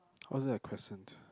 how is that a crescent